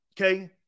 Okay